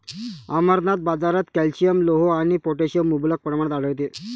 अमरनाथ, बाजारात कॅल्शियम, लोह आणि पोटॅशियम मुबलक प्रमाणात आढळते